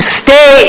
stay